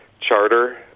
charter